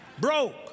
Broke